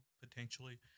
potentially